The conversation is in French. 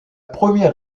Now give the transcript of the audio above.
première